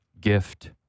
gift